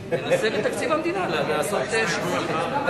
את תקציב המדינה, לעשות שיקול.